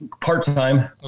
part-time